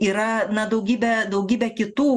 yra na daugybė daugybė kitų